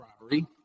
robbery